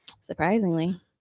Surprisingly